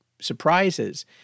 surprises